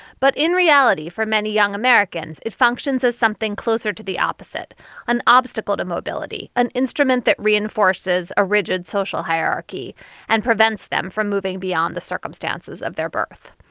but in reality for many young americans it functions as something closer to the opposite an obstacle to mobility an instrument that reinforces a rigid social hierarchy and prevents them from moving beyond the circumstances of their birth.